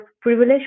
privilege